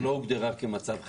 הלוויה לא הוגדרה כמצב חירום.